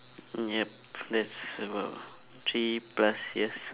mm yup that's about three plus years